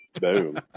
Boom